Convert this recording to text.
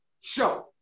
Show